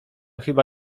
chyba